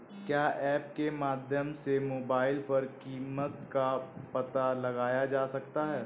क्या ऐप के माध्यम से मोबाइल पर कीमत का पता लगाया जा सकता है?